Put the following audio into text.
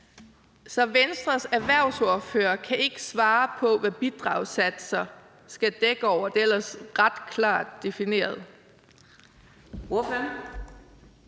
Så Venstres erhvervsordfører kan ikke svare på, hvad bidragssatserne skal dække over? Det er ellers ret klart defineret.